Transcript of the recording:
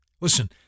Listen